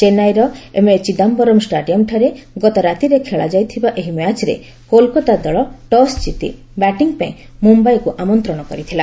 ଚେନ୍ନାଇର ଏମ୍ଏଚିଦାୟରମ୍ ଷ୍ଟାଡିୟମଠାରେ ଗତରାତିରେ ଖେଳାଯାଇଥିବା ଏହି ମ୍ୟାଚ୍ରେ କୋଲକାତା ଦଳ ଟସ୍ କିତି ବ୍ୟାଟିଂ ପାଇଁ ମୁମ୍ୟାଇକୁ ଆମନ୍ତ୍ରଣ କରିଥିଲା